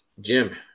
Jim